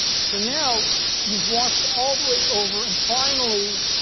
so now you've washed all the way over and finally,